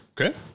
Okay